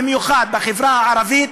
במיוחד בחברה הערבית,